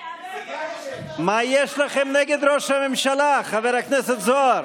תודה, חברת הכנסת זנדברג.